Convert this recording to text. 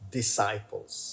disciples